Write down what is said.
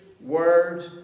words